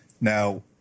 Now